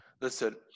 Listen